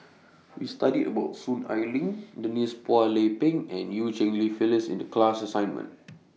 We studied about Soon Ai Ling Denise Phua Lay Peng and EU Cheng Li Phyllis in The class assignment